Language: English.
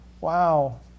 Wow